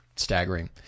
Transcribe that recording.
staggering